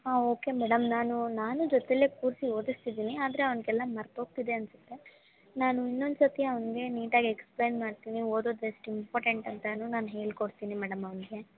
ಹಾಂ okay madam ನಾನು ನಾನು ಜೊತೆಲೆ ಕೂರಿಸಿ ಓದಿಸ್ತಿದ್ದಿನಿ ಆದರೆ ಅವನಿಗೆಲ್ಲ ಮರೆತೋಗ್ತಿದೆ ಅನ್ನಿಸುತ್ತೆ ನಾನು ಇನ್ನೊಂದು ಸತಿ ಅವನಿಗೆ ನೀಟಾಗಿ ಎಕ್ಸ್ಪ್ಲೈನ್ ಮಾಡ್ತೀನಿ ಓದೋದು ಎಷ್ಟು ಇಂಪಾರ್ಟೆಂಟ್ ಅಂತಾನು ನಾನು ಹೇಳಿಕೊಡ್ತಿನಿ ಮೇಡಮ್ ಅವನಿಗೆ